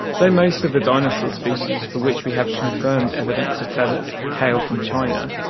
though most of the dinosaur species for which we have confirmed evidence of feathers hail from china,